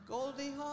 Goldie